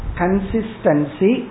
consistency